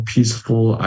Peaceful